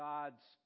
God's